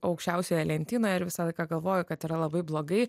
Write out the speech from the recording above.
aukščiausioje lentynoje ir visą laiką galvoju kad yra labai blogai